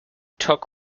took